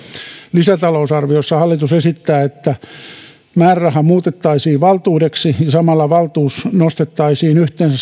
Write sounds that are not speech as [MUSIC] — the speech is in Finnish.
lisätalousarviossa hallitus esittää että määräraha muutettaisiin valtuudeksi ja samalla valtuus nostettaisiin yhteensä [UNINTELLIGIBLE]